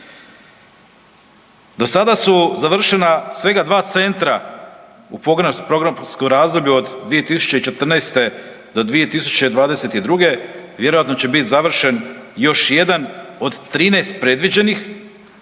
Do sada su završena svega dva centra u programskom razdoblju od 2014.-2022., vjerojatno će bit završen još jedan od 13 predviđenih, a